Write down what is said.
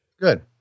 Good